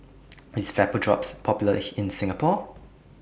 IS Vapodrops Popular in Singapore